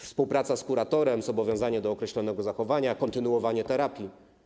Współpraca z kuratorem, zobowiązanie do określonego zachowania, kontynuowanie terapii.